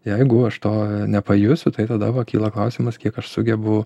jeigu aš to nepajusiu tai tada va kyla klausimas kiek aš sugebu